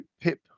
PIP